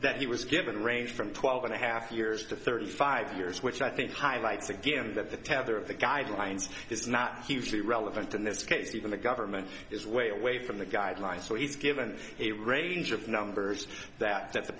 that he was given ranged from twelve and a half years to thirty five years which i think highlights again that the tether of the guidelines is not hugely relevant in this case even the government is way away from the guidelines so he's given a range of numbers that th